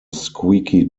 squeaky